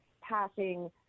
passing